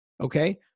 okay